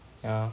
ya